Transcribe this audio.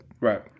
Right